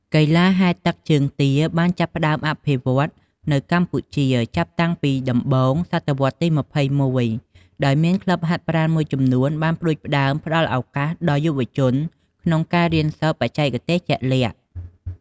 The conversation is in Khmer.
កីឡាហែលទឹកជើងទាបានចាប់ផ្ដើមអភិវឌ្ឍនៅកម្ពុជាចាប់តាំងពីដំបូងសតវត្សរ៍ទី ២១ ដោយមានក្លឹបហាត់ប្រាណមួយចំនួនបានផ្ដួចផ្ដើមផ្តល់ឱកាសដល់យុវជនក្នុងការរៀនសូត្របច្ចេកទេសជាក់លាក់។